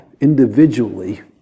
individually